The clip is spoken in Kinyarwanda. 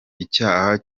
icyaha